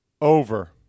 Over